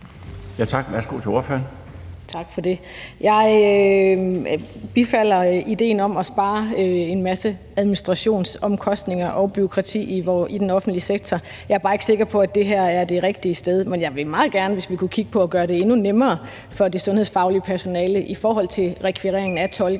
Kl. 13:58 Louise Brown (LA): Tak for det. Jeg bifalder idéen om at spare en masse administrationsomkostninger og bureaukrati i den offentlige sektor. Jeg er bare ikke sikker på, det her er det rigtige sted. Men jeg vil meget gerne, hvis vi kunne kigge på at gøre det endnu nemmere for det sundhedsfaglige personale at rekvirere tolke.